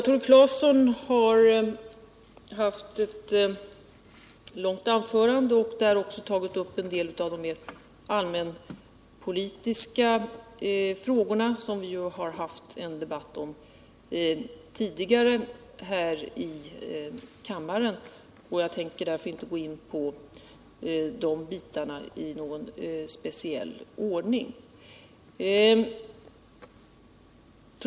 Tore Claeson har hållit ett långt anförande och där också tagit upp en del av de mer allmänpolitiska frågorna som vi ju haft en debatt om tidigare här i kammaren. Jag tänker därför inte gå in på de bitarna i någon speciell ordning.